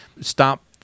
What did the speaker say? stop